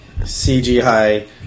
CGI